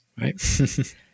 Right